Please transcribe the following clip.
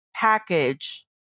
package